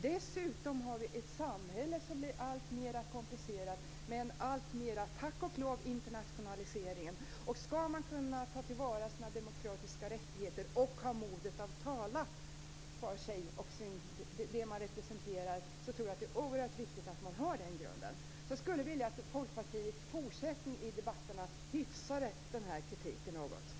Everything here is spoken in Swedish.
Dessutom har vi ett samhälle som blir alltmera komplicerat, med en allt större internationalisering, tack och lov. Skall man kunna ta till vara sina demokratiska rättigheter och ha modet att tala för sig och det man representerar tror jag att det är oerhört viktigt att man har den grunden. Jag skulle vilja att Folkpartiet i fortsättningen i debatterna hyfsade denna kritik något.